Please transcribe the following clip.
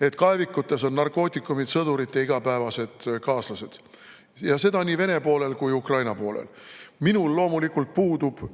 et kaevikutes on narkootikumid sõdurite igapäevased kaaslased – seda nii Vene poolel kui ka Ukraina poolel. Minul loomulikult puudub